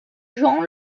gens